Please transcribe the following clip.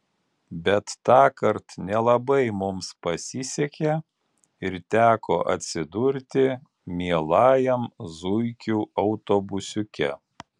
bet tąkart nelabai mums pasisekė ir teko atsidurti mielajam zuikių autobusiuke